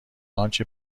آنچه